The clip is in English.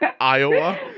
Iowa